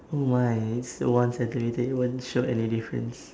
oh my it's one centimetre it won't show any difference